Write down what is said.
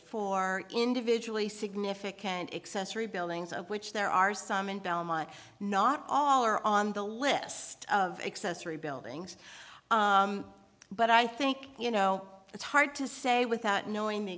for individually significant accessory buildings of which there are some in belmont not all are on the list of accessory buildings but i think you know it's hard to say without knowing the